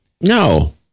No